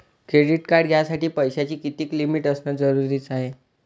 Credit card घ्यासाठी पैशाची कितीक लिमिट असनं जरुरीच हाय?